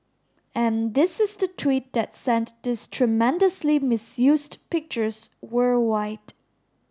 and this is the tweet that sent these tremendously misused pictures worldwide